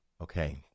Okay